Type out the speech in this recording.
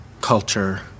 culture